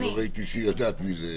כי לא ראיתי שדורית יודעת מזה.